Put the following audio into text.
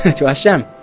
to hashem.